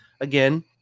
Again